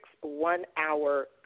one-hour